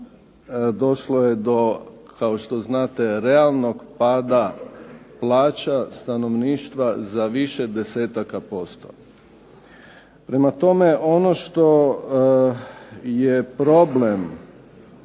došlo je do kao što znate realnog pada plaća stanovništva za više desetaka posto. Prema tome, ono što je problem,